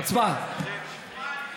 עוד שבועיים הצבעה,